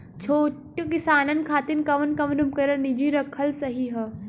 छोट किसानन खातिन कवन कवन उपकरण निजी रखल सही ह?